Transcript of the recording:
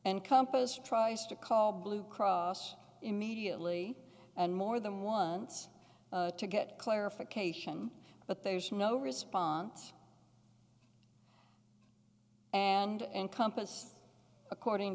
and compass tries to call blue cross immediately and more than once to get clarification but there's no response and encompass according